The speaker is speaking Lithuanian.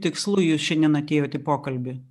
tikslu jūs šiandien atėjot į pokalbį